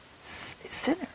sinner